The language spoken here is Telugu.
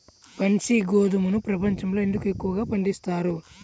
బన్సీ గోధుమను ప్రపంచంలో ఎందుకు ఎక్కువగా పండిస్తారు?